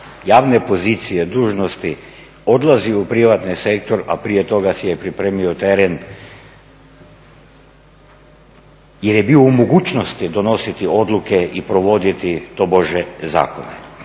javne pozicije dužnosti odlazi u privatni sektor, a prije toga si je pripremio teren jer je bio u mogućnosti donositi odluke i provoditi tobože zakone.